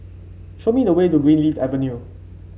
show me the way to Greenleaf Avenue